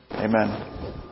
Amen